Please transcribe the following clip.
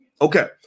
Okay